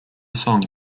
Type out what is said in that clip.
song